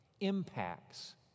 impacts